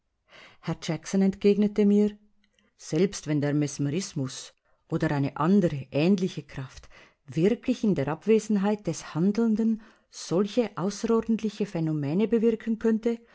herr jackson entgegnete mir selbst wenn der mesmerismus oder eine andere ähnliche kraft wirklich in der abwesenheit des handelnden solche außerordentliche phänomene bewirken könnte